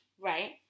right